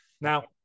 Now